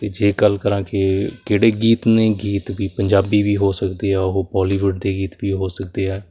ਅਤੇ ਜੇ ਗੱਲ ਕਰਾਂ ਕਿ ਕਿਹੜੇ ਗੀਤ ਨੇ ਗੀਤ ਵੀ ਪੰਜਾਬੀ ਵੀ ਹੋ ਸਕਦੇ ਆ ਉਹ ਬੋਲੀਵੁੱਡ ਦੇ ਗੀਤ ਵੀ ਹੋ ਸਕਦੇ ਆ